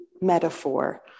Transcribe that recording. metaphor